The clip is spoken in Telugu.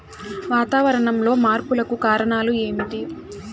వాతావరణంలో మార్పులకు కారణాలు ఏమిటి?